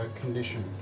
condition